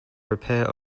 repair